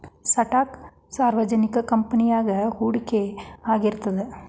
stock ಸಾರ್ವಜನಿಕ ಕಂಪನಿಯಾಗ ಹೂಡಿಕೆಯಾಗಿರ್ತದ